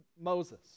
Moses